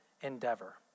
endeavor